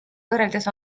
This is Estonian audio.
võrreldes